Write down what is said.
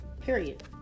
Period